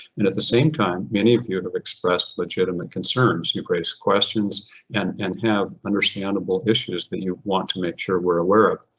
and at the same time, many of you and have expressed legitimate concerns, you've raised questions and and have understandable issues that you want to make sure we're aware of.